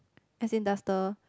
as in does the